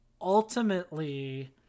ultimately